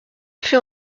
fait